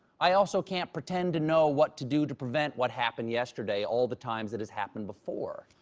i also can't pretend to know what to do to prevent what happened yesterday all the times it has happened before.